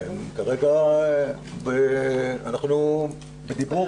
כרגע אנחנו בדיבור,